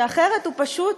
שאחרת הוא פשוט,